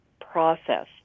process